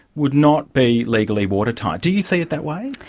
would not be legally watertight. do you see it that way?